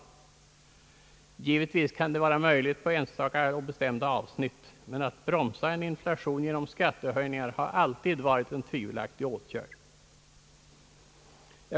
Givetvis kan detta vara möjligt att åstadkomma på enstaka och bestämda avsnitt, men att söka bromsa en inflation med skattehöjningar har alltid varit en tvivelaktig åtgärd.